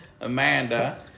Amanda